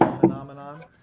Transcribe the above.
phenomenon